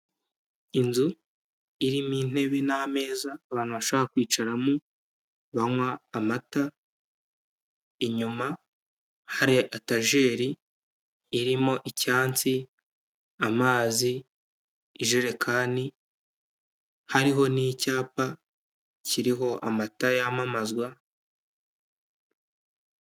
Inzu irimo intebe n'ameza, abantu bashobora kwicaramo banywa amata, inyuma hari etajeri irimo icyansi amazi, ijerekani, hariho n'icyapa kiriho amata yamamazwa...